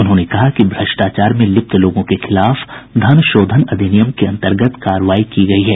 उन्होंने कहा कि भ्रष्टाचार में लिप्त लोगों के खिलाफ धनशोधन अधिनियम के अंतर्गत कार्रवाई की गयी है